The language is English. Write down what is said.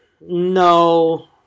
No